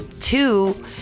two